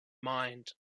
mind